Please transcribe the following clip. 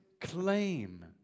claim